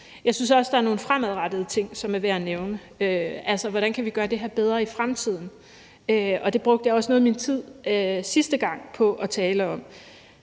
Jeg synes også, at der er nogle fremadrettede ting, som er værd at nævne. Altså, hvordan kan vi gøre det her bedre i fremtiden? Og det brugte jeg også noget af min tid sidste gang på at tale om.